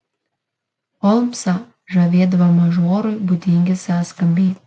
holmsą žavėdavo mažorui būdingi sąskambiai